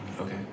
Okay